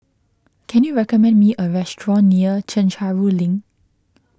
can you recommend me a restaurant near Chencharu Link